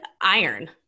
iron